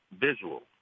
visual